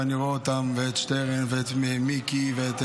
ואני רואה את שטרן ואת מיקי ואת